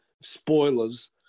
spoilers